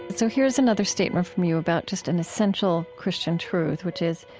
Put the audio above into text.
and so here's another statement from you about just an essential christian truth, which is,